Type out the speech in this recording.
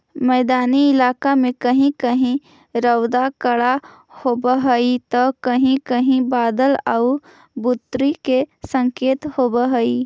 मैदानी इलाका में कहीं कहीं रउदा कड़ा होब हई त कहीं कहीं बादल आउ बुन्नी के संकेत होब हई